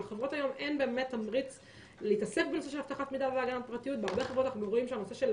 לחברות היום אין באמת תמריץ להתעסק בנושא של